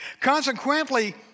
Consequently